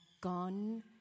gone